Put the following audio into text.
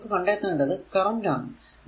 ഇനി നമുക്ക് കണ്ടെത്തേണ്ടത് കറന്റ് ആണ്